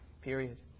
Period